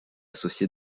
associé